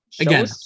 again